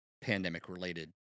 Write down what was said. pandemic-related